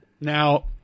Now